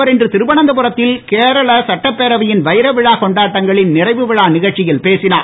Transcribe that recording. அவர் இன்று திருவனந்தபுரத்தில் கேரள சட்டப்பேரவையின் வைரவிழா கொண்டாட்டங்களின் நிறைவு விழா நகழ்ச்சியில் பேசினார்